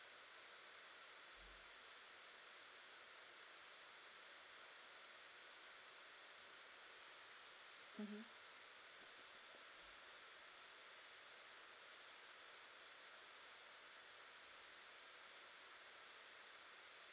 mmhmm